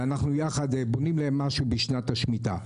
ויחד אנחנו בונים להם משהו בשנת השמיטה.